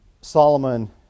Solomon